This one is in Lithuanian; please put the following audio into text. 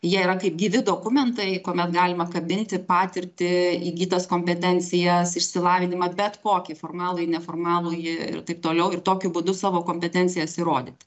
jie yra kaip gyvi dokumentai kuomet galima kabinti patirtį įgytas kompetencijas išsilavinimą bet kokį formalųjį neformalųjį ir taip toliau ir tokiu būdu savo kompetencijas įrodyti